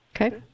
Okay